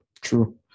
True